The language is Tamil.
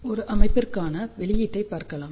ஒரு அமைப்பிற்கான வெளியீட்டை பார்க்கலாம்